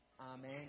Amen